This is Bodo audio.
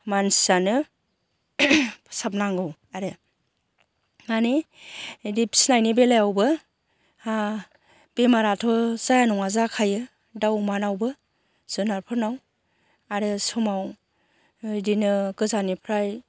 मानसियानो फोसाबनांगौ आरो मानि इदि फिसिनायनि बेलायावबो बेमाराथ' जाया नङा जाखायो दाउ अमानावबो जुनारफोरनाव आरो समाव इदिनो गोजाननिफ्राय